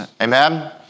Amen